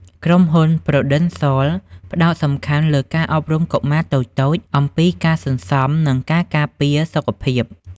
ក្រុមហ៊ុន ព្រូដិនសល (Prudential) ផ្ដោតសំខាន់លើការអប់រំកុមារតូចៗអំពីការសន្សំ និងការការពារសុខភាព។